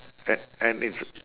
a~ and it's